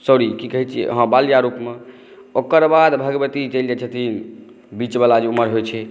sorry की कहय छियै हँ बाल्या रूपमे ओकर बाद भगवती चलि जै छथिन बीचवला जे उमर होइ छै